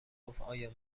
گفتآیا